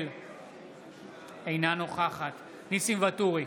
אינה נוכחת ניסים ואטורי,